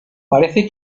parece